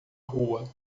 rua